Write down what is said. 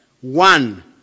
one